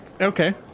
Okay